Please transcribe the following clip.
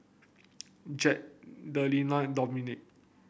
Jett Delina and Dominque